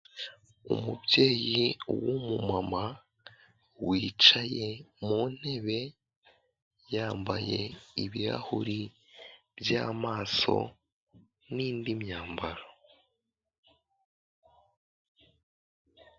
Umubyeyi w'umumama wicaye mu ntebe yambaye ibirahure by'amaso n'indi myambaro.